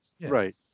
Right